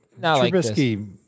Trubisky